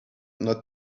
not